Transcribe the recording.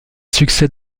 succès